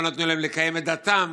לא נתנו להם לקיים את דתם.